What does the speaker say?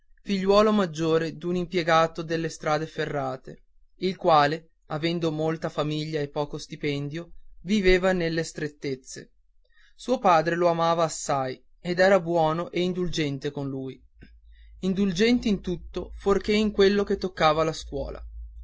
figliuolo maggiore d'un impiegato delle strade ferrate il quale avendo molta famiglia e poco stipendio viveva nelle strettezze suo padre lo amava ed era assai buono e indulgente con lui indulgente in tutto fuorché in quello che toccava la scuola